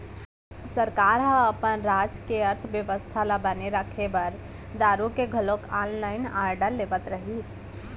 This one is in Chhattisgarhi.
सरकार ह अपन राज के अर्थबेवस्था ल बने राखे बर दारु के घलोक ऑनलाइन आरडर लेवत रहिस